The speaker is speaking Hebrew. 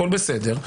הכול בסדר,